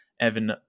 Evan